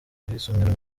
ubwisungane